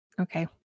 Okay